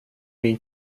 min